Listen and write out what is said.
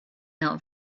not